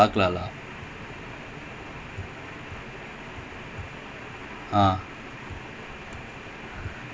நான் இது இது நான்:naan ithu ithu naan bike கும் அனுப்ச்சு விடுறேன்:kum anpuchu viduraen so like just in case lah that guy eighty dollars like he can do also lor